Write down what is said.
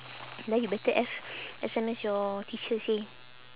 then you better S S_M_S your teacher say